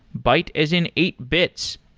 byte as in eight bits.